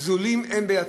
גזולים הם בידכם.